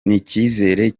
n’icyizere